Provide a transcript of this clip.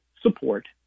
support